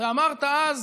ואמרת אז,